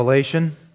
Revelation